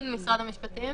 יהיה לזה עוד המשך.